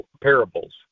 parables